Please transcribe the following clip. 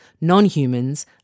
non-humans